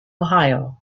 ohio